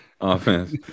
offense